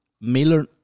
Miller